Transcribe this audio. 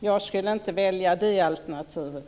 Jag skulle i varje fall inte välja det alternativet.